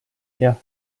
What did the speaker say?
jah